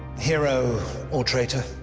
hero or traitor,